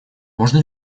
можно